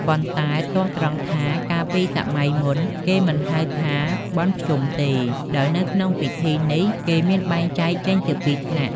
ប៉ុន្តែទាស់ត្រង់ថា កាលពីសម័យមុនគេមិនហៅថា បុណ្យភ្ជុំទេ ដោយនៅក្នុងពិធីនេះគេមានបែងចែកចេញជាពីរថ្នាក់។